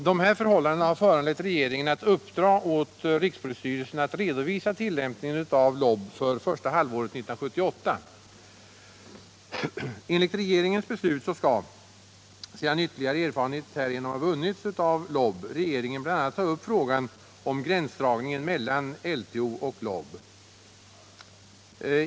Dessa förhållanden har föranlett regeringen att uppdra åt rikspolisstyrelsen att redovisa tillämpningen av LOB för första halvåret 1978. Enligt regeringens beslut skall, sedan ytterligare erfarenhet av LOB härigenom vunnits, regeringen bl.a. ta upp frågan om gränsdragningen mellan LTO och LOB.